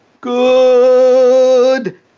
good